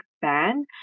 fan